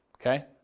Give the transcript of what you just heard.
Okay